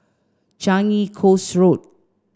Changi Coast Road